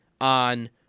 on